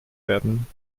werden